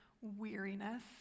weariness